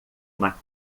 uma